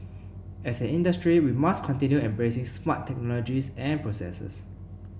as an industry we must continue embracing smart technologies and processes